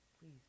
Please